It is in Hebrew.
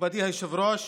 מכובדי היושב-ראש,